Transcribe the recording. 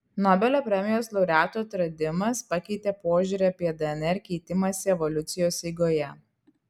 nobelio premijos laureatų atradimas pakeitė požiūrį apie dnr keitimąsi evoliucijos eigoje